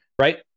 right